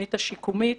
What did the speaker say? התוכנית השיקומית,